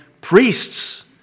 priests